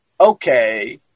okay